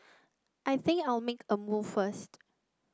I think I'll make a move first